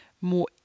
more